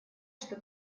что